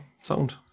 Sound